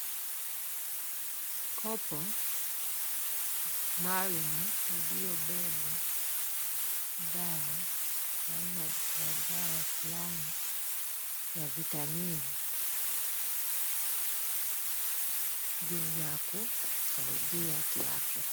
Kopo maalumu iliyobeba dawa aina ya dawa fulani ya vitamin juu ya kusaidia kiafya.